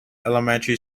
elementary